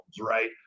right